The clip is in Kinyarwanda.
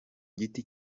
giti